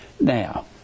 now